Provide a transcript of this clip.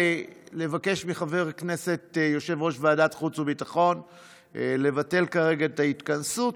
לבקש מחבר הכנסת יושב-ראש ועדת חוץ וביטחון לבטל כרגע את ההתכנסות.